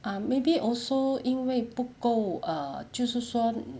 ah maybe also 因为不够 err 就是说